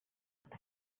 they